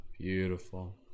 Beautiful